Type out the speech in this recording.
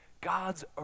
God's